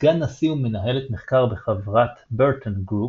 סגן נשיא ומנהלת מחקר בחברת Burton Group